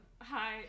hi